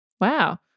Wow